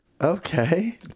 Okay